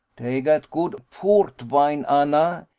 dey gat good port wine, anna.